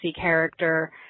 character